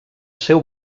seu